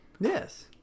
Yes